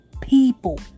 People